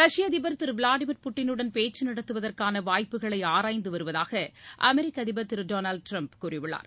ரஷ்ய அதிபர் திரு விளாடிமீர் புட்டினுடன் பேச்சு நடத்துவதற்கான வாய்ப்புகளை ஆராய்ந்து வருவதாக அமெரிக்க அதிபர் திரு டொனால்டு ட்ரம்ப் கூறியுள்ளார்